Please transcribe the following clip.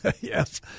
Yes